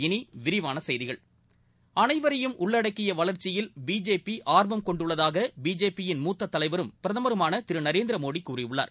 இனி விரிவான செய்திகள் அனைவரையும் உள்ளடக்கிய வளர்ச்சியில் பிஜேபி ஆர்வம் கொண்டுள்ளதாக பிஜேபியின் மூத்த தலைவரும் பிரதமருமான திரு நரேந்திமோடி கூறியுள்ளார்